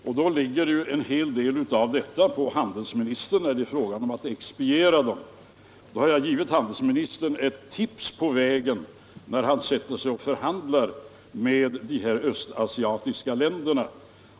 En hel del av detta ligger ju på handelsministern när det är fråga om att expediera besluten. Då har jag givit handelsministern ett tips på vägen, när han sätter sig och förhandlar med de här östasiatiska länderna.